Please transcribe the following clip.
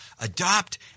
Adopt